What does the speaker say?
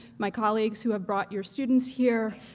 my colleagues who have brought your students here.